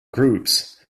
groups